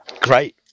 great